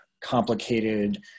complicated